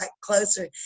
closer